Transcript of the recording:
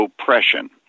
oppression